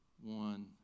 One